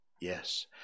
Yes